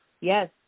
Yes